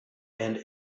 and